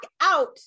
out